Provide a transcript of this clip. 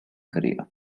career